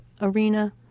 arena